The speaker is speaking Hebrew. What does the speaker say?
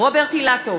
רוברט אילטוב,